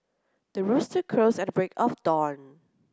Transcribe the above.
the rooster crows at the break of dawn